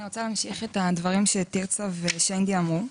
אני רוצה להמשיך את הדברים שתרצה ושיינדי אמרו,